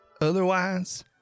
Otherwise